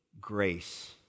grace